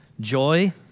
joy